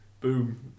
Boom